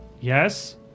Yes